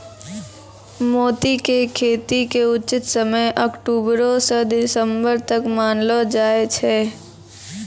मोती के खेती के उचित समय अक्टुबरो स दिसम्बर तक मानलो जाय छै